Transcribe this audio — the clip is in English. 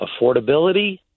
affordability